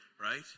right